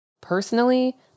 Personally